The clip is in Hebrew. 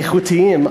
איכותיים,